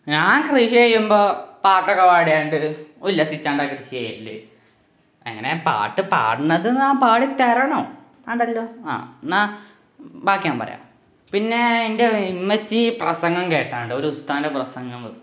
ഞാന് കൃഷി ചെയ്യുമ്പോള് പാട്ടൊക്കെ പാട്യോണ്ട് ഉല്ലസിച്ചാണ്ടങ്ട്ട് ചെയ്യല് അങ്ങനെ പാട്ട് പാടുന്നത് ഞാന് പാടിത്തരണോ വേണ്ടല്ലോ ആ എന്നാ ബാക്കി ഞാന് പറയാം പിന്നേ എന്റെ ഉമ്മച്ചി പ്രസംഗം കേട്ടാണ്ട് ഒരു ഉസ്താദിന്റെ പ്രസംഗം വെക്കും